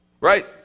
Right